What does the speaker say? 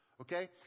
okay